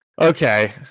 Okay